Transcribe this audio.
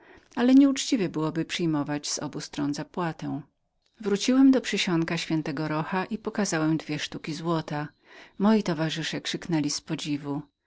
ale nieuczciwem byłoby przyjmować z obu stron zapłatę wróciłem do przysionku ś rocha i pokazałem dwie sztuki złota moi towarzysze krzyknęli z